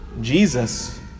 Jesus